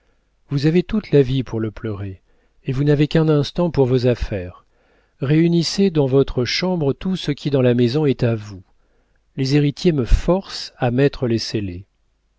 vous avez toute la vie pour le pleurer et vous n'avez qu'un instant pour vos affaires réunissez dans votre chambre tout ce qui dans la maison est à vous les héritiers me forcent à mettre les